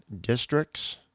districts